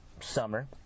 summer